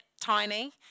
tiny